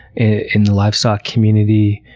in the livestock community,